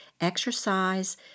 exercise